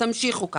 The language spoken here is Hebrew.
תמשיכו כך.